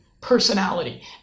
personality